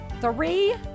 three